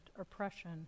oppression